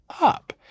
up